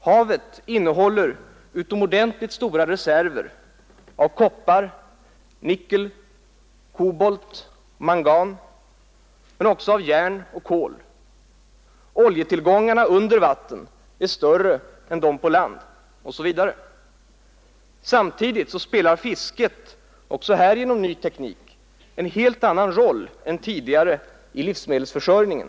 Havet innehåller utomordentligt stora reserver av koppar, nickel, kobolt och mangan men också järn och kol. Oljetillgångarna under vatten är större än de på land osv. Samtidigt spelar fisket — också här genom ny teknik — en helt annan roll än tidigare i livsmedelsförsörjningen.